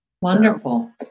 Wonderful